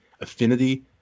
Affinity